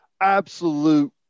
absolute